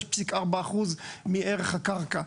36.4% מערך הקרקע.